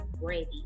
ready